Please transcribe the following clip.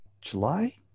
July